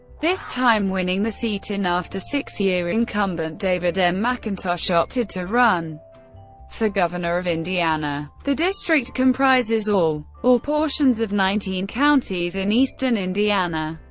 this time winning the seat in after six-year incumbent david m. mcintosh opted to run for governor of indiana. the district comprises all or portions of nineteen counties in eastern indiana.